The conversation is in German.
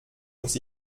muss